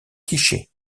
quiché